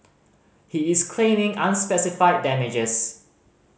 he is claiming unspecified damages